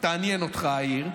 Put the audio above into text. תעניין אותך העיר,